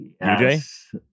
Yes